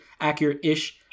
accurate-ish